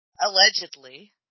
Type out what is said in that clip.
allegedly